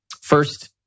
First